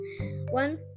One